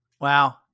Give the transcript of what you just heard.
wow